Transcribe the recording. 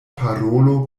parolo